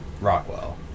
Rockwell